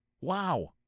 Wow